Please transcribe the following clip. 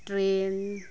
train